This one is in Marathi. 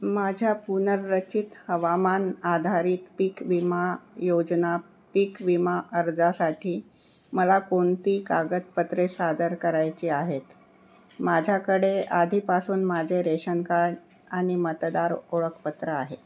माझ्या पुनर्रचित हवामान आधारित पीक विमा योजना पीक विमा अर्जासाठी मला कोणती कागदपत्रे सादर करायची आहेत माझ्याकडे आधीपासून माझे रेशन कार्ड आणि मतदार ओळखपत्र आहे